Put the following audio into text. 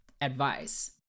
advice